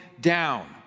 down